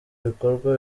ibikorwa